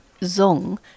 Zong